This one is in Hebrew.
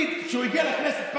שהיה לי איזה נושא שרציתי לדבר עליו,